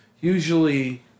Usually